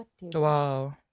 Wow